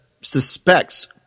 suspects